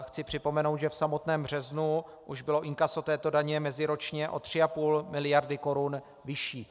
Chci připomenout, že v samotném březnu už bylo inkaso této daně meziročně o 3,5 miliardy korun vyšší.